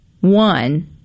one